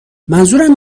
منظورم